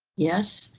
yes,